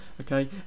okay